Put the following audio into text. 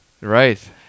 Right